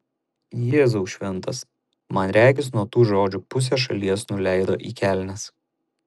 jėzau šventas man regis nuo tų žodžių pusė šalies nuleido į kelnes